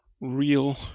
real